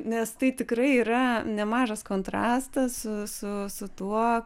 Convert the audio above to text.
nes tai tikrai yra nemažas kontrastas su su tuo